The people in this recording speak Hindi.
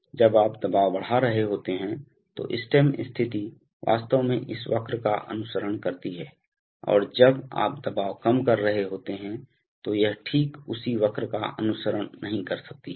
इसलिए जब आप दबाव बढ़ा रहे होते हैं तो स्टेम स्थिति वास्तव में इस वक्र का अनुसरण करती है और जब आप दबाव कम कर रहे होते हैं तो यह ठीक उसी वक्र का अनुसरण नहीं कर सकती है